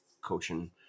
coaching